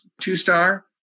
two-star